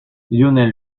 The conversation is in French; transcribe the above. lionel